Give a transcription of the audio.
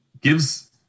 gives